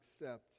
accept